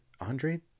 Andre